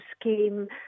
scheme